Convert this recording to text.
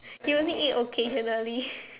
you only eat occasionally